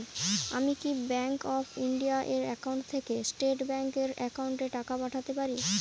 আমি কি Bank of India এর একাউন্ট থেকে স্টেট ব্যাংক এর একাউন্টে টাকা পাঠাতে পারি?